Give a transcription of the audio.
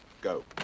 go